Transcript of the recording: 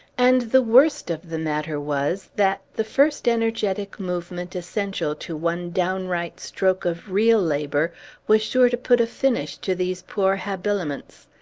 and the worst of the matter was, that the first energetic movement essential to one downright stroke of real labor was sure to put a finish to these poor habiliments.